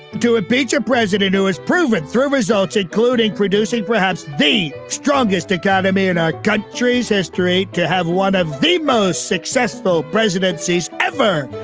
to a beach president who has proven through results, including producing perhaps the strongest economy in our country's history to have one of the most successful presidencies ever.